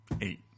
eight